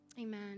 Amen